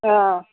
অঁ